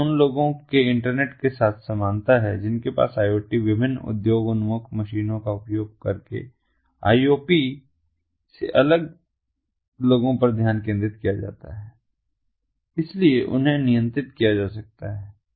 IoT में उन लोगों के इंटरनेट के साथ समानता है जिनके पास IoT विभिन्न उद्योग उन्मुख मशीनों का उपयोग करके IOP से अलग लोगों पर ध्यान केंद्रित किया जाता है और इसलिए उन्हें नियंत्रित किया जा सकता है